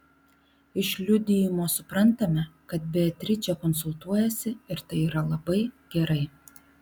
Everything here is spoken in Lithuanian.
iš liudijimo suprantame kad beatričė konsultuojasi ir tai yra labai gerai